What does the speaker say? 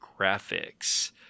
graphics